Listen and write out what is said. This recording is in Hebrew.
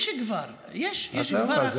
כבר יש החלטות.